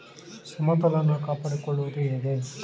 ಸಮತೋಲನವನ್ನು ಕಾಪಾಡಿಕೊಳ್ಳುವುದು ಹೇಗೆ?